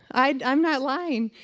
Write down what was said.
i'm not lying.